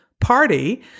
party